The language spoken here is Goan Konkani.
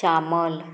शामल